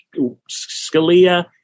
Scalia